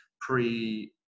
pre –